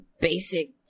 basic